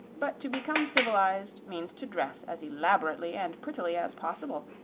but to become civilized means to dress as elaborately and prettily as possible,